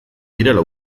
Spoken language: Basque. direla